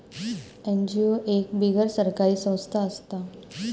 NGO एक बिगर सरकारी संस्था असता